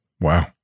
Wow